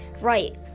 Right